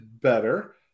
better